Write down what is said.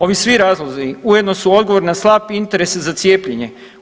Ovi svi razlozi ujedno su odgovor na slab interes za cijepljenje.